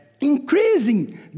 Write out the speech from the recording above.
increasing